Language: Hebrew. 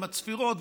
עם הצפירות,